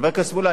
חבר הכנסת מולה,